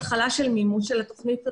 התחלה של מימוש התכנית הזאת,